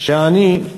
שעני,